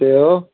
सेब